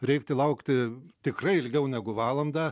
reikia laukti tikrai ilgiau negu valandą